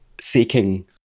seeking